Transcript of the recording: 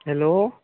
hello